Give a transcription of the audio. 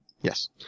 Yes